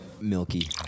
Milky